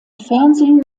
fernsehen